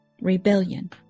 rebellion